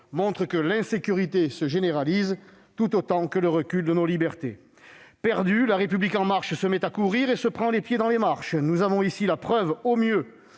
montre que l'insécurité se généralise, tout autant que le recul de nos libertés. Perdue, La République En Marche se met à courir et se prend les pieds dans les marches. Nous avons ici la preuve, au mieux,